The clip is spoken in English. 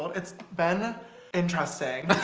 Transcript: it's been interesting